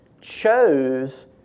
chose